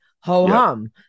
ho-hum